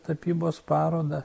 tapybos parodą